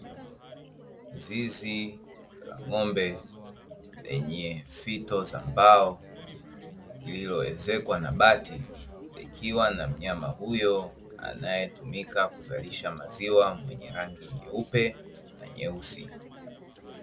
Zizi la ng'ombe lenye fito za mbao; lililoezekwa na bati, likiwa na mnyama huyo anayetumika kuzalisha maziwa; mwenye rangi nyeupe na nyeusi.